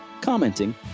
commenting